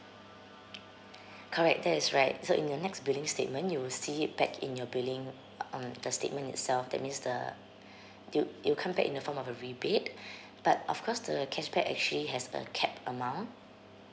correct that is right so in your next billing statement you will see it back in your billing uh the statement itself that means the du~ it will come back in the form of a rebate but of course the cashback actually has a capped amount